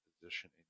positioning